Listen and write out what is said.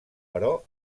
però